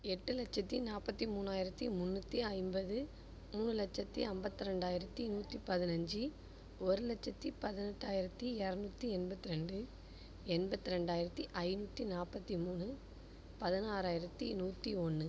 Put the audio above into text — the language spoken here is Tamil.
எட்டு லச்சத்து நாற்பத்தி மூணாயிரத்து முந்நூற்றி ஐம்பது நூறு லச்சத்து ஐம்பத்தி ரெண்டாயிரத்து நூற்றி பதினஞ்சு ஒரு லச்சத்து பதினெட்டாயிரத்து இரநூத்தி எண்பத்து ரெண்டு எண்பத்து ரெண்டாயிரத்து ஐநூற்றி நாற்பத்தி மூணு பதினாறாயிரத்து நூற்றி ஒன்று